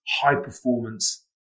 high-performance